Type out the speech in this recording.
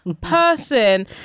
person